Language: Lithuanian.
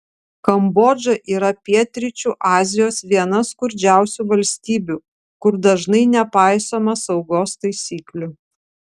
kambodža yra pietryčių azijos viena skurdžiausių valstybių kur dažnai nepaisoma saugos taisyklių